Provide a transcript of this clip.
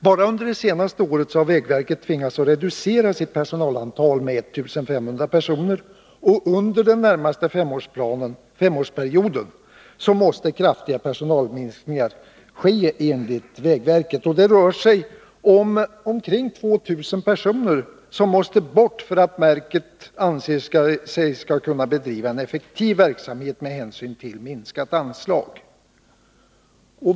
Bara under det senaste året har vägverket tvingats att reducera sin personal med 1 500 personer, och under den närmaste femårsperioden måste kraftiga personalminskningar göras enligt vägverket. Verket anser att omkring 2 000 personer måste bort för att verket skall kunna bedriva en effektiv verksamhet med hänsyn till minskat anslag.